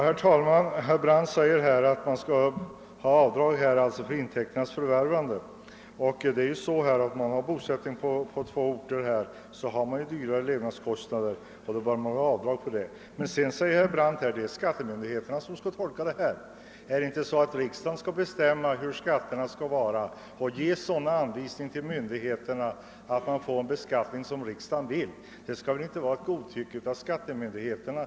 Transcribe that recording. Herr talman! Herr Brandt säger att avdrag får göras för utgifter avseende intäkternas förvärvande. Har man bosättning på två orter, har man också högre levnadskostnader och bör alltså få göra avdrag härför. Vidare säger herr Brandt att det är skattemyndigheterna som skall tolka bestämmelserna. Men är det inte så, att riksdagen skall bestämma skatternas utformning och sedan skall ge de anvisningar som behövs för att beskattningen kommer att överensstämma härmed? Skattemyndigheterna skall inte godtyckligt kunna avgöra hur skatten skall drabba medborgarna.